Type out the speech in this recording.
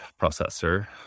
processor